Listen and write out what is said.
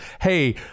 hey